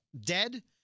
dead